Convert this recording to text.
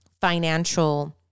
financial